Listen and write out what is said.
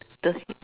the